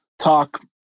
talk